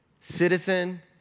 Citizen